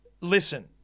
Listen